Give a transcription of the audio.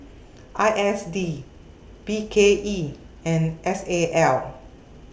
I S D B K E and S A L